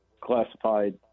classified